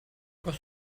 was